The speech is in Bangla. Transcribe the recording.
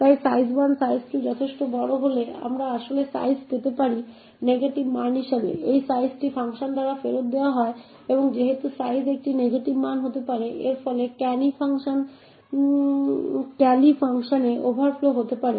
তাই সাইজ1 এবং সাইজ2 যথেষ্ট বড় হলে আমরা আসলে সাইজ পেতে পারি নেগেটিভ মান হিসাবে এই সাইজটি ফাংশন দ্বারা ফেরত দেওয়া হয় এবং যেহেতু সাইজ একটি নেগেটিভ মান হতে পারে এর ফলে ক্যালি ফাংশনে ওভারফ্লো হতে পারে